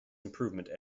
improvement